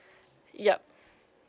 yup